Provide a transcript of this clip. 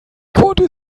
konnte